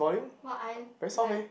but I like